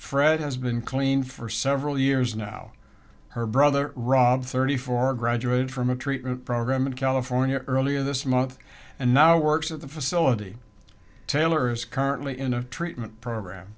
fred has been clean for several years now her brother rob thirty four graduated from a treatment program in california earlier this month and now works at the facility taylor is currently in a treatment program